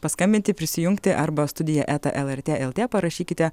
paskambinti prisijungti arba studija eta lrt lt parašykite